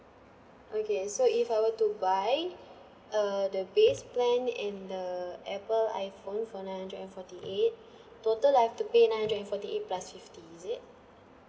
okay so if I were to buy uh the base plan and the apple iphone for nine hundred and forty eight total I have to pay nine hundred and forty eight plus fifty is it